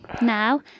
now